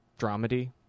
dramedy